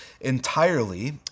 entirely